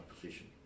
position